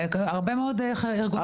והרבה מאוד ארגוני החברה האזרחית ועמותות.